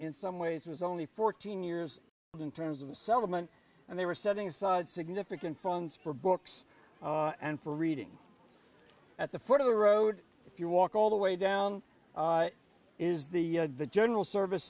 in some ways was only fourteen years old in terms of settlement and they were setting aside significant phones for books and for reading at the foot of the road if you walk all the way down is the the general service